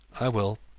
i will.